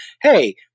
Hey